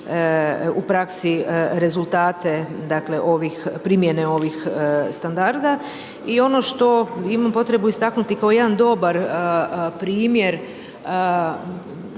u praksi rezultate primjene ovih standarda. I ono što imam potrebu istaknuti kao jedan dobar primjer